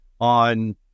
on